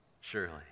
surely